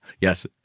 Yes